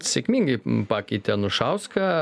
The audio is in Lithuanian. sėkmingai pakeitė anušauską